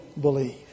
believe